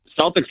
Celtics